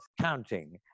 counting